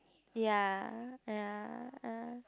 ya ya ah